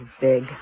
big